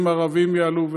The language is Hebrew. והאם ערבים יעלו,